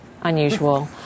unusual